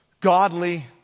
Godly